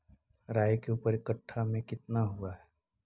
राई के ऊपर कट्ठा में कितना हुआ है?